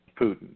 Putin